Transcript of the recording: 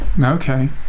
Okay